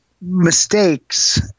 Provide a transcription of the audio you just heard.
mistakes